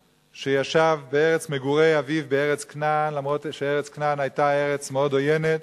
שישב בארץ מגורי אביו בארץ כנען אף שארץ כנען היתה מאוד עוינת,